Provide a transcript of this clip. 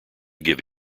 give